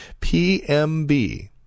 PMB